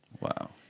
Wow